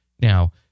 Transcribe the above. Now